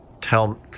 tell